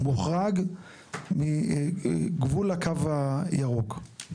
"מוחרג מגבול הקו הירוק", בסדר?